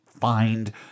find